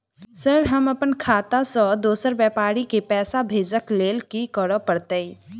Sir हम अप्पन खाता सऽ दोसर व्यापारी केँ पैसा भेजक लेल की करऽ पड़तै?